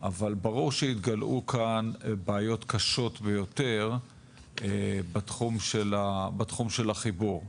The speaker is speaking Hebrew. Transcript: אבל ברור שהתגלעו כאן בעיות קשות ביותר בתחום של החיבור.